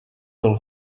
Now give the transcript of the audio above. will